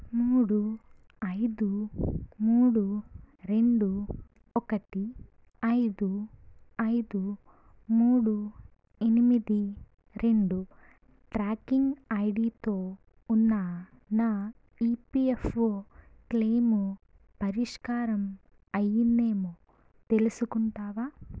మూడు ఐదు మూడు రెండు ఒకటి ఐదు ఐదు మూడు ఎనిమిది రెండు ట్రాకింగ్ ఐడితో ఉన్న నా ఈపీఎఫ్ఓ క్లెయిము పరిష్కారం అయ్యిందేమో తెలుసుకుంటావా